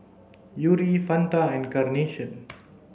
Yuri Fanta and Carnation